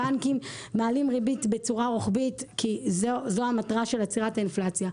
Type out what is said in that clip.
הבנקים מעלים ריבית בצורה רוחבית כי זו המטרה של עצירת האינפלציה.